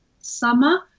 summer